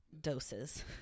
doses